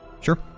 Sure